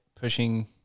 pushing